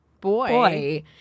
boy